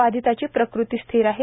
बाधीताची प्रकृती स्थिर आहेत